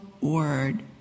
word